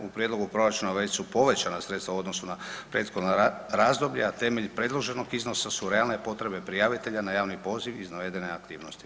U prijedlogu proračuna već su povećana sredstva u odnosu na prethodna razdoblja, a temelj predloženog iznosa su realne potrebe prijavitelja na javni poziv iz navedene aktivnosti.